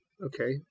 Okay